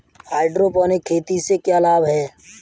Hydroponic खेती से क्या लाभ हैं?